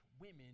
women